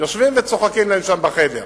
יושבים וצוחקים להם שם בחדר.